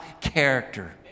character